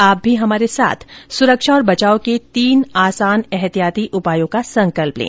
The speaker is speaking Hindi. आप भी हमारे साथ सुरक्षा और बचाव के तीन आसान एहतियाती उपायों का संकल्प लें